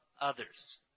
others